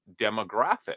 demographic